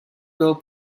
girl